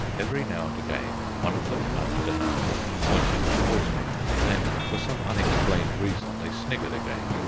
every now and again one of them nudged another and pointed towards me and then, for some unexplained reason, they sniggered again.